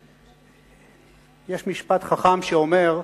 יש משפט חכם שאומר: